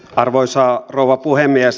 arvoisa rouva puhemies